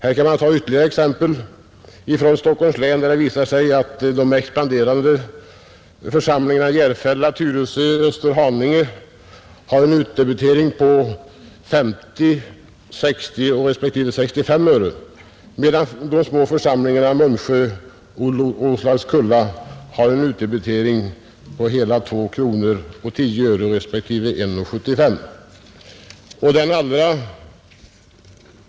Låt mig ta ett exempel ifrån Stockholms län. Där visar det sig att Järfälla, Tyresö och Österhaninge — alla expansiva kommuner — har utdebiteringar på 50, 60 respektive 65 öre, medan de små församlingarna Munsö och Roslags-Kulla har utdebiteringar på 2:10 kronor respektive 1:75 kronor per skattekrona.